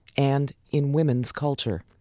and in women's culture.